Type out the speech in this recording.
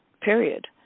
period